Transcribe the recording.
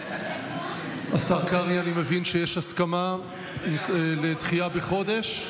השר קרעי, אני מבין שיש הסכמה לדחייה בחודש.